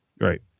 Right